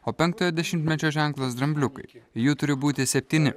o penktojo dešimtmečio ženklas drambliukai jų turi būti septyni